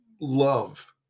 love